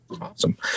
Awesome